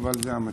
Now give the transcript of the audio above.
אבל זה המצב.